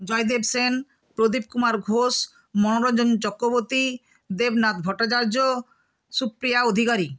Joydeb Sen Pradip Kumar Ghosh Monoranjan Chakraborty Debnath Bhattacharya Supriya Adhikari